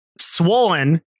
Swollen